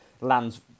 lands